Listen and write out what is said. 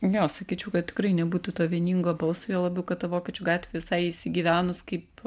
jo sakyčiau kad tikrai nebūtų to vieningo balso juo labiau kad ta vokiečių gatvė visai įsigyvenus kaip